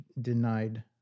denied